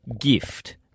gift